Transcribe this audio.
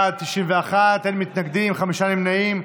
נגד, 58, ארבעה נמנעים.